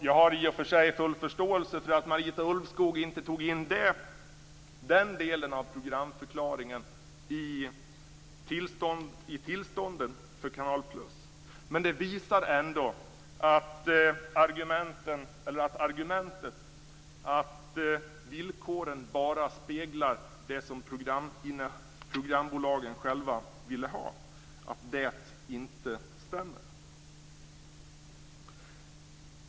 Jag har i och för sig full förståelse för att Marita Ulvskog inte tog in den delen av programförklaringen i tillståndet för Canal +, men det visar ändå att argumentet att villkoren bara speglar det som programbolagen själva ville ha inte stämmer.